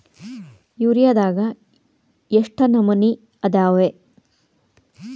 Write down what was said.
ಯೂರಿಯಾದಾಗ ಎಷ್ಟ ನಮೂನಿ ಅದಾವ್ರೇ?